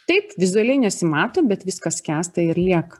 taip vizualiai nesimato bet viskas skęsta ir lieka